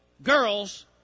Girls